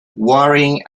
worrying